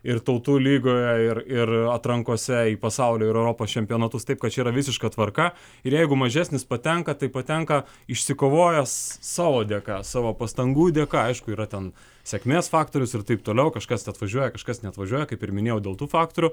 ir tautų lygoje ir ir atrankose į pasaulio ir europos čempionatus taip kad čia yra visiška tvarka ir jeigu mažesnis patenka tai patenka išsikovojęs savo dėka savo pastangų dėka aišku yra ten sėkmės faktorius ir taip toliau kažkas atvažiuoja kažkas neatvažiuoja kaip ir minėjau dėl tų faktorių